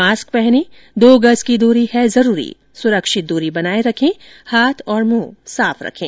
mask पहनें दो गज की दूरी है जरूरी सुरक्षित दूरी बनाए रखें हाथ और मुंह साफ रखें